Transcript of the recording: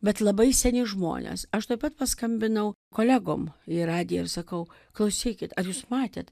bet labai seni žmonės aš tuoj pat paskambinau kolegom į radiją ir sakau klausykit ar jūs matėt